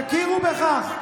תכירו בכך: